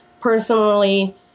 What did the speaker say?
personally